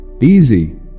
Easy